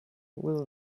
will